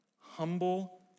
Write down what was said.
Humble